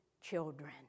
children